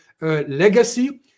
legacy